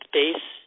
base